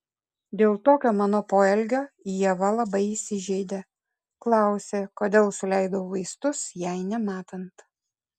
dėl tokio mano poelgio ieva labai įsižeidė klausė kodėl suleidau vaistus jai nematant